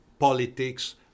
politics